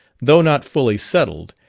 though not fully settled,